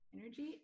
energy